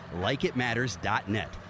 LikeItMatters.net